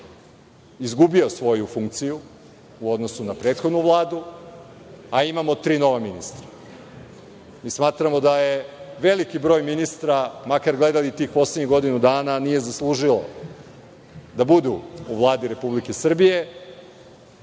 izgubio svoju funkciju u odnosu na prethodnu Vladu, a imamo tri nova ministra. Smatramo da je veliki broj ministara, makar gledali tih poslednjih godinu dana nije zaslužio da budu u Vladi Republike Srbije,